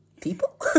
People